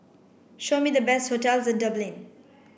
show me the best hotels in Dublin